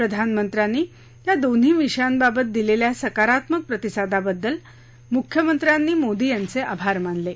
प्रधानमंत्र्यांनी या दोन्ही विषयांबाबत दिलेल्या सकारात्मक प्रतिसादाबद्दल मुख्यमंत्र्यांनी मोदी यांचे आभार मानले आहेत